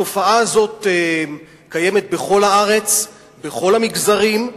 התופעה הזאת קיימת בכל הארץ, בכל המגזרים,